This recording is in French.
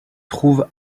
trouve